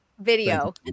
video